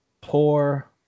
Poor